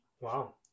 Wow